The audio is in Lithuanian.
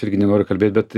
tai irgi nenoriu kalbėt bet